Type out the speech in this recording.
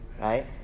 Right